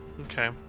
Okay